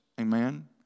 amen